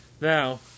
Now